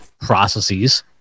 processes